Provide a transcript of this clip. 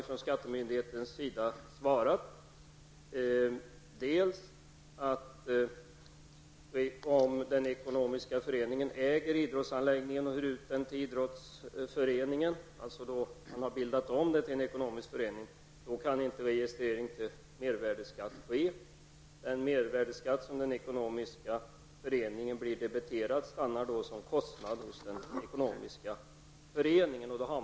Från skattemyndighetens sida har man svarat att om den ekonomiska föreningen äger idrottsanläggningen och hyr ut den till en idrottsförening -- det har skett en ombildning till en ekonomisk förening -- kan inte registrering för mervärdeskatt ske. Den mervärdeskatt som debiteras den ekonomiska föreningen stannar då som en kostnad. Då har egentligen inte något vunnits.